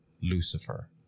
Lucifer